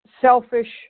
selfish